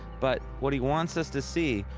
but what he wants us to see,